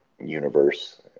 universe